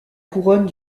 couronne